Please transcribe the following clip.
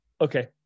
Okay